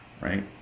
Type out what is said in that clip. Right